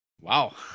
wow